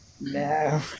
No